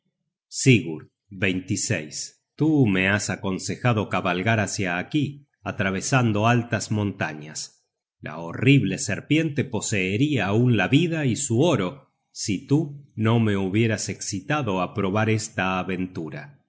sigurd tú me has aconsejado cabalgar hácia aquí atravesando altas montañas la horrible serpiente poseeria aun la vida y su oro si tú no me hubieras escitado á probar esta aventura